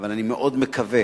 אני מאוד מקווה